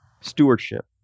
stewardship